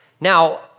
Now